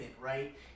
right